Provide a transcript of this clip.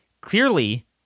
clearly